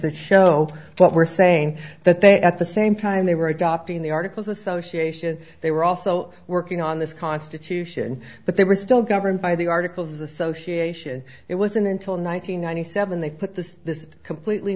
that show what we're saying that they at the same time they were adopting the articles association they were also working on this constitution but they were still governed by the articles association it wasn't until nine hundred ninety seven they put the this completely